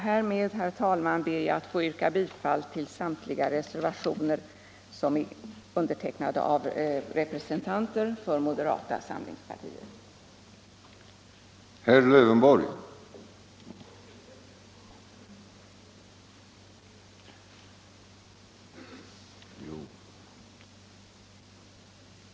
Härmed, herr talman, ber jag att få yrka bifall till samtliga de reservationer vid inrikesutskottets betänkande nr 6 där representanterna för moderata samlingspartiet har sina namn.